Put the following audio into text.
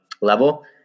level